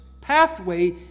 pathway